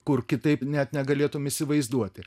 kur kitaip net negalėtum įsivaizduoti